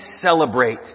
celebrate